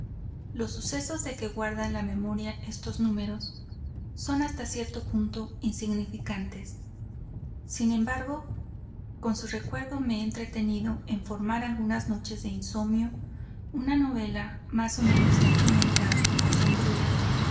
los sucesos de que guardan la memoria estos números son hasta cierto punto insignificantes sin embargo con su recuerdo me he entretenido en formar algunas noches de insomnio una novela más o menos sentimental o sombría